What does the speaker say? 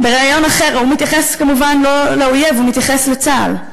הוא מתייחס כמובן לא לאויב, הוא מתייחס לצה"ל.